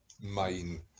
main